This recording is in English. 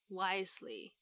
wisely